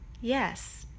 Yes